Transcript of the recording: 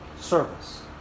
service